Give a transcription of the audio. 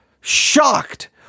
shocked